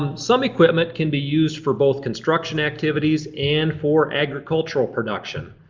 um some equipment can be used for both construction activities and for agricultural production.